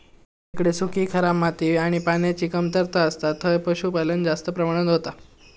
जिकडे सुखी, खराब माती आणि पान्याची कमतरता असता थंय पशुपालन जास्त प्रमाणात होता